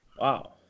Wow